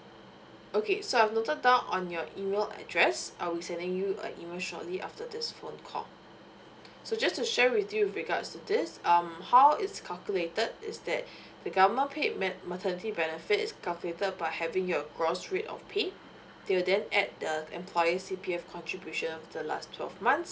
okay so I've noted down on your email address I'll be sending you a email shortly after this phone call so just to share with you with regards to this um how it's calculated is that the government paid mat~ maternity benefits calculator by having your gross rate of pay till then add the employer C_P_F contribution of the last twelve months